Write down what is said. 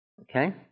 Okay